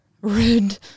rude